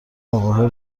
اقاهه